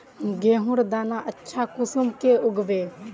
गेहूँर दाना अच्छा कुंसम के उगबे?